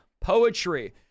poetry